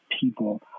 people